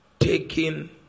taking